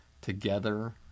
Together